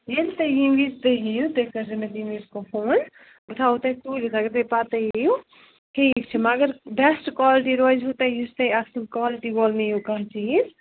ییٚلہِ تہٕ ییٚمہِ وِزِ تُہۍ یِیِو تُہۍ کٔرۍزیو مےٚ تمہِ وِزِ فون بہٕ تھَوَو تۄہہِ توٗلِتھ اگر تُہۍ پَتہٕ یِیُو ٹھیٖک چھُ مگر بیسٹ کالٹی روزِوٕ تۄہہِ یُس تُہۍ اَصٕل کالٹی وول نِیِو کانٛہہ چیٖز